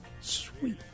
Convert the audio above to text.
sweet